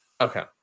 Okay